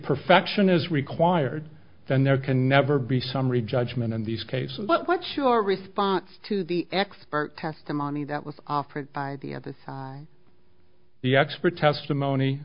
perfection is required then there can never be summary judgment in these cases what's your response to the expert testimony that was offered by the other side the expert testimony